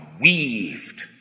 weaved